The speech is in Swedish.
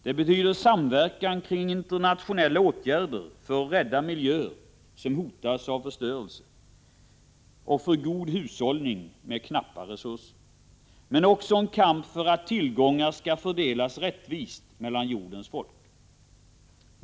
Det betyder samverkan kring internationella åtgärder för att rädda miljöer som hotas av förstörelse och för hushållning med knappa resurser, men också en kamp för att tillgångar skall fördelas rättvist mellan jordens folk.